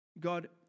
God